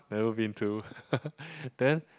never been to then